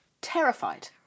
Terrified